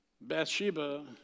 Bathsheba